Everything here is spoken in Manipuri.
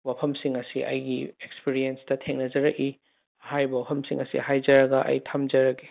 ꯋꯥꯐꯝꯁꯤꯡ ꯑꯁꯤ ꯑꯩꯒꯤ ꯑꯦꯛꯁꯄꯔꯤꯌꯦꯟꯁꯇ ꯊꯦꯡꯅꯖꯔꯛꯏ ꯍꯥꯏꯔꯤꯕ ꯋꯥꯐꯝꯁꯤꯡ ꯑꯁꯤ ꯍꯥꯏꯖꯔꯒ ꯑꯩ ꯊꯝꯖꯔꯒꯦ